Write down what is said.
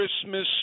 Christmas